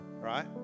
right